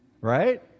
Right